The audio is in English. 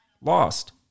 lost